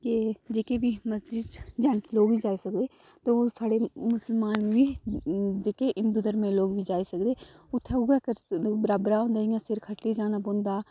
की जेह्की बी मस्जिद न जैंट्स लोक गै जाई सकदे ते जेह्के साढ़े मुसलमान बी जेह्के हिंदु धर्म दे लोक बी जाई सकदे उत्थें उ'ऐ बराबर होंदा सिर खट्टियै जाना पौंदा